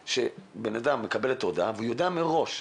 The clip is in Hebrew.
להופיע כאן בפני הוועדה המכובדת,